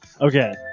Okay